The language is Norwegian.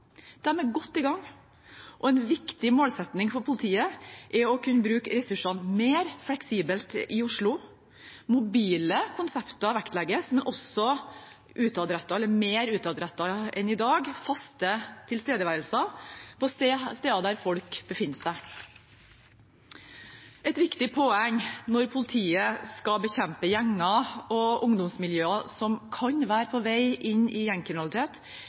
er godt i gang, og en viktig målsetting for politiet er å kunne bruke ressursene mer fleksibelt i Oslo. Mobile konsepter vektlegges, men også å være mer utadrettet enn i dag, med fast tilstedeværelse på steder der folk befinner seg. Et viktig poeng når politiet skal bekjempe gjenger og ungdomsmiljøer som kan være på vei inn i gjengkriminalitet,